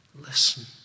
Listen